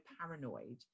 paranoid